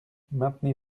maintenez